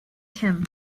kim